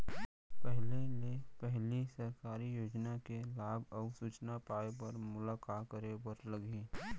पहिले ले पहिली सरकारी योजना के लाभ अऊ सूचना पाए बर मोला का करे बर लागही?